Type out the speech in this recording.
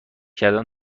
کردن